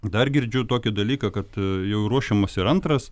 dar girdžiu tokį dalyką kad jau ruošiamas ir antras